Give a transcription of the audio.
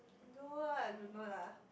I don't know what I don't know lah